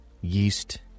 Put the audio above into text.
yeast